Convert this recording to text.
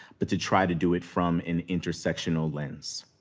but to try to do it from an intersectional lens.